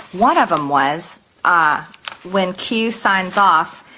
one of them was ah when que signs off,